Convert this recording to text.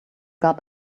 got